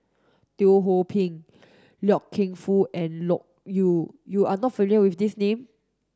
Teo Ho Pin Loy Keng Foo and Loke Yew you are not familiar with these name